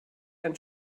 ein